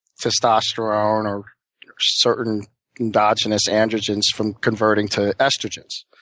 testosterone or certain endogenous androgens from converting to estrogens.